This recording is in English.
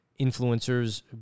influencers